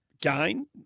gain